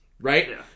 right